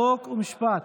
חוק ומשפט.